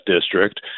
district